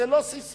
זו לא ססמה.